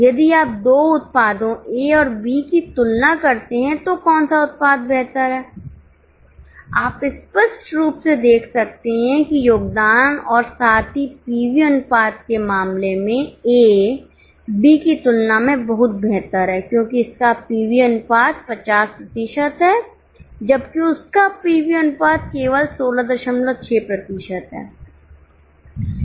यदि आप 2 उत्पादों ए और बी की तुलना करते हैं तो कौन सा उत्पाद बेहतर है आप स्पष्ट रूप से देख सकते हैं कि योगदान और साथ ही पीवी अनुपात के मामले में ए बी की तुलना में बहुत बेहतर है क्योंकि इसका पीवी अनुपात 50 प्रतिशत है जबकि उसका पीवी अनुपात केवल 166 प्रतिशत है